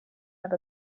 have